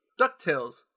Ducktales